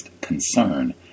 concern